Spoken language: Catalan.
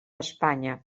espanya